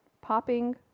popping